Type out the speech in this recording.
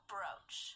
Brooch